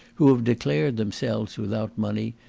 who have declared themselves without money,